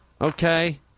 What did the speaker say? okay